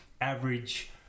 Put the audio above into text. average